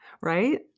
Right